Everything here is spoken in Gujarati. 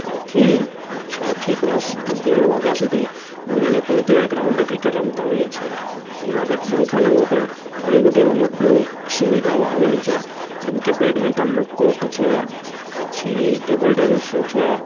છથી છથી દસ અગિયાર વાગ્યા સુધી અમે લોકો ત્યાં ગ્રાઉન્ડે ક્રિકેટ રમતા હોઈએ છીએ જુનાગઢ જીમખાનામાં પણ ઘણી બધી રમતની સુવિધાઓ આવેલી છે જેમ કે બેડમિન્ટનનો કોટ છે પછી ટેબલ ટેનિસનું છે